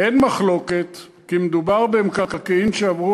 "אין מחלוקת כי מדובר במקרקעין שעברו